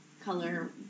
color